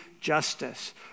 justice